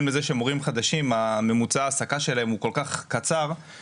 לזה שמורים חדשים ממוצע ההעסקה שלהם כל כך קצר,